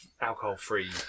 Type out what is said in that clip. alcohol-free